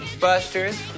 busters